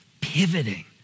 pivoting